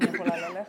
אני יכולה ללכת?